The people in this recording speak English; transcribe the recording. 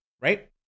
right